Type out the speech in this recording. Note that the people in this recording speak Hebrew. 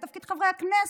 זה תפקיד חברי הכנסת,